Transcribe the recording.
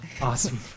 Awesome